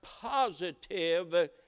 positive